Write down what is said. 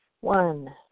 One